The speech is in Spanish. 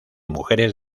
mujeres